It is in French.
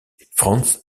franz